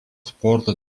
sporto